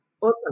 awesome